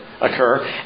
occur